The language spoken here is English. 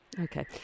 Okay